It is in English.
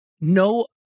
no